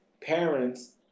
parents